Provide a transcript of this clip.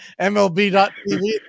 MLB.tv